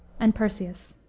and persius.